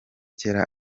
cyera